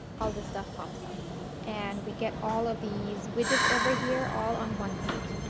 all this stuff pops up and we get all of these widgets over here all on one page.